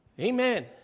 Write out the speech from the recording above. Amen